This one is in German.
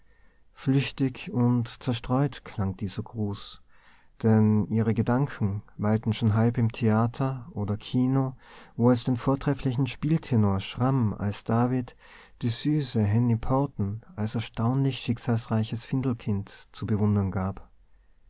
flüchtig und zerstreut klang dieser gruß denn ihre gedanken weilten schon halb im theater oder kino wo es den vortrefflichen spieltenor schramm als david die süße henny porten als erstaunlich schicksalsreiches findelkind zu bewundern gab